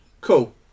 Cool